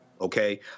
okay